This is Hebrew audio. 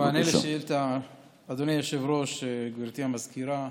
אדוני היושב-ראש, גברתי המזכירה,